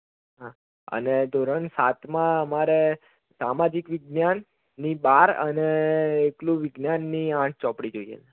હા અને ધોરણ સાતમાં અમારે સામાજિક વિજ્ઞાનની બાર અને એકલું વિજ્ઞાનની આઠ ચોપડી જોઈએ છે